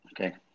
Okay